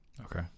Okay